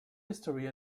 history